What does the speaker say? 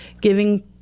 giving